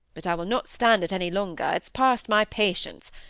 but i will not stand it any longer, it's past my patience.